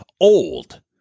old